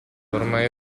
ormai